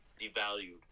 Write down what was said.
devalued